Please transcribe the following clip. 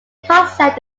concept